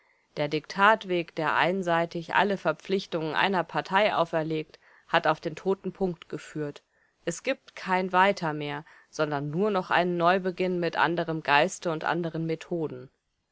der diktatweg der einseitig alle verpflichtungen einer partei auferlegt hat auf den toten punkt geführt es gibt kein weiter mehr sondern nur noch einen neubeginn mit anderem geiste und anderen methoden